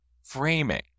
framing